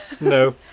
No